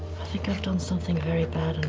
i think i've done something very bad